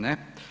Ne.